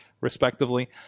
respectively